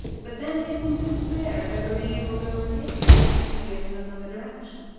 but then they seemed to despair of ever being able to overtake it, and steered in another direction.